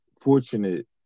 fortunate